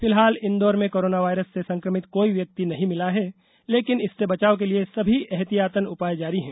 फिलहाल इंदौर में corona virus से संक्रमित कोई व्यक्ति नहीं मिला है लेकिन इससे बचाव के लिए सभी एहतियातन उपाय जारी हैं